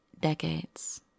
decades